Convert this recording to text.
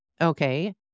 Okay